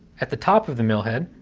at the top of the millhead,